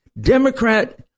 Democrat